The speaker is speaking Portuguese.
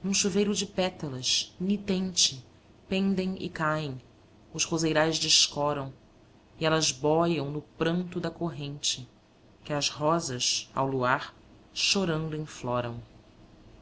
num chuveiro de pétalas nitente pendem e caem os roseirais descoram e elas bóiam no pranto da corrente que as rosas ao luar chorando enfloram